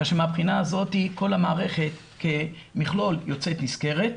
כאשר מהבחינה הזאת כל המערכת כמכלול יוצאת נשכרת.